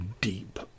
deep